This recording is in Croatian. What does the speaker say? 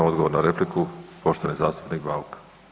Odgovor na repliku poštovani zastupnik Bauk.